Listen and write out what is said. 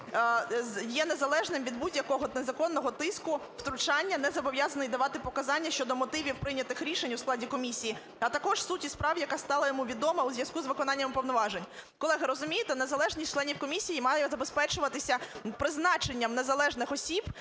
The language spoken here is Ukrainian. є незалежним від будь-якого незаконного тиску, втручання, не зобов'язаний давати показання, щодо мотивів прийнятих рішень у складі комісії, а також суті справ, яка стала йому відома у зв'язку з виконанням повноважень. Колеги, розумієте, незалежність членів комісії має забезпечуватися призначенням незалежних осіб,